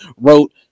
wrote